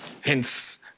Hence